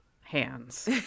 hands